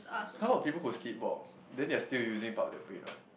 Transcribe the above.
how about people who sleepwalk then they are still using part of their brain what